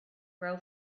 grow